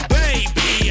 baby